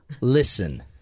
listen